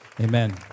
Amen